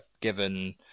given